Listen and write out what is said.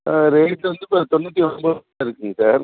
rate வந்து இப்போ தொண்ணூற்றி ஒன்போது இருக்குதுங்க சார்